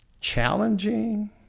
challenging